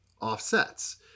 offsets